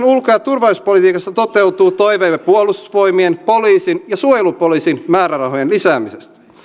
ulko ja turvallisuuspolitiikassa toteutuu toiveemme puolustusvoimien poliisin ja suojelupoliisin määrärahojen lisäämisestä